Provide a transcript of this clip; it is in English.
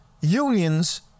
Unions